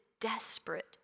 desperate